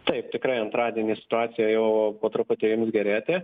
taip tikrai antradienį situacija jau po truputį ims gerėti